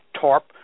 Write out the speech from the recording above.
TARP